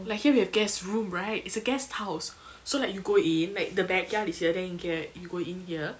like here we have guest room right it's a guest house so like you go in like the backyard is here then you can you go in here